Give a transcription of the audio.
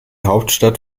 hauptstadt